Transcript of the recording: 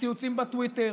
בציוצים בטוויטר,